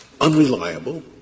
unreliable